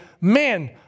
man